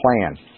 plan